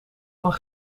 van